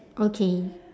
okay